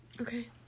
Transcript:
Okay